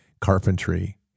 carpentry